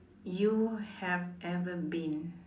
you have ever been